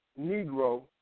negro